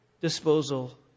disposal